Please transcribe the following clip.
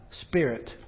Spirit